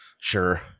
Sure